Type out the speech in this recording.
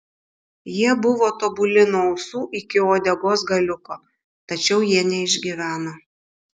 jie buvo tobuli nuo ausų iki uodegos galiuko tačiau jie neišgyveno